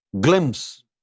glimpse